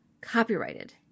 copyrighted